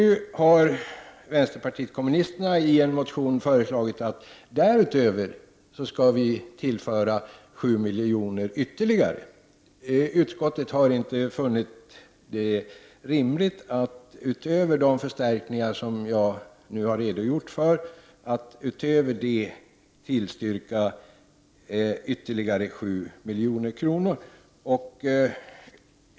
Vänsterpartiet kommunisterna har i en motion föreslagit att vi utöver detta skall tillföra kronofogdemyndigheterna ytterligare 7 milj.kr. Utskottet har inte funnit det rimligt att utöver de förstärkningar jag har redogjort för tillstyrka ett förslag om ytterligare 7 milj.kr. Herr talman!